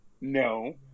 No